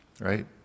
right